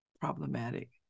problematic